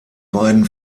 beiden